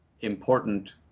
important